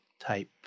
type